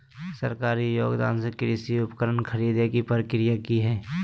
सरकारी योगदान से कृषि उपकरण खरीदे के प्रक्रिया की हय?